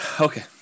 okay